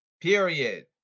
period